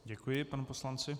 Děkuji panu poslanci.